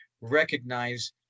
recognize